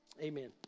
amen